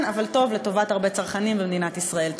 אבל טוב לטובת הרבה צרכנים במדינת ישראל.